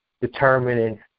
determining